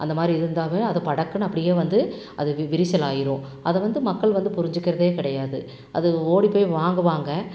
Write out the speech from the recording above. அந்த மாதிரி இருந்தால் அது படக்குனு அப்படியே வந்து அது வி விரிசலாயிடும் அதை வந்து மக்கள் வந்து புரிஞ்சுக்கிறது கிடையாது அது ஓடிப்போய் வாங்குவாங்க